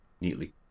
neatly